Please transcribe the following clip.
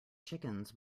chickens